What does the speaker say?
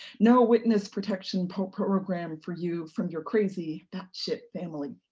no witness protection program for you from your crazy batshit family.